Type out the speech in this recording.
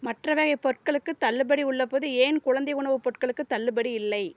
மற்ற வகை பொருட்களுக்கு தள்ளுபடி உள்ளபோது ஏன் குழந்தை உணவு பொருட்களுக்கு தள்ளுபடி இல்லை